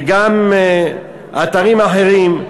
וגם אתרים אחרים,